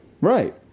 Right